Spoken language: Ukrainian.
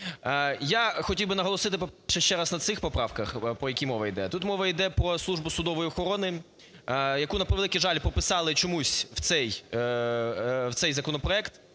Я хотів би наголосити ще раз на цих поправках, про які мова іде. Тут мова іде про Службу судової охорони, яку, на превеликий жаль, прописали чомусь в цей законопроект,